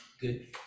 good